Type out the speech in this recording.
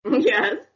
Yes